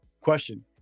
Question